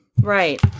Right